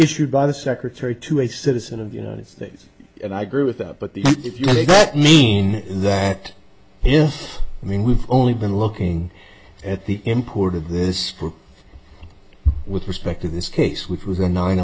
issued by the secretary to a citizen of the united states and i agree with that but the if you mean that here i mean we've only been looking at the import of this with respect to this case which was a nine